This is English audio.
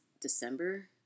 December